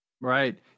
Right